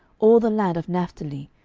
all the land of naphtali,